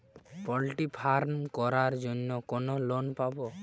Poultry farm করার জন্য কোন লোন পাব?